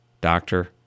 doctor